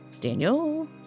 Daniel